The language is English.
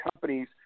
companies